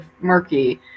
murky